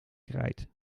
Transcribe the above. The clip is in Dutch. krijt